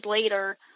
later